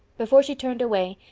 before she turned away,